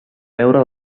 veure